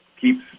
keeps